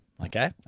Okay